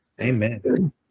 amen